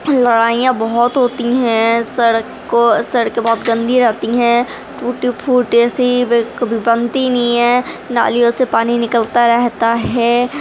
لڑائیاں بہت ہوتی ہیں سڑک کو سڑکیں بہت گندی رہتی ہیں ٹوٹی پھوٹی سی کبھی بنتی نہیں ہیں نالیوں سے پانی نکلتا رہتا ہے